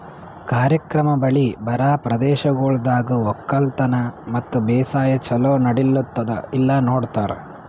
ಕಾರ್ಯಕ್ರಮ ಮಳಿ ಬರಾ ಪ್ರದೇಶಗೊಳ್ದಾಗ್ ಒಕ್ಕಲತನ ಮತ್ತ ಬೇಸಾಯ ಛಲೋ ನಡಿಲ್ಲುತ್ತುದ ಇಲ್ಲಾ ನೋಡ್ತಾರ್